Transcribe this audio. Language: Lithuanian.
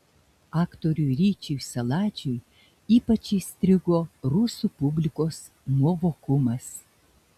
aktoriui ryčiui saladžiui ypač įstrigo rusų publikos nuovokumas